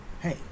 hey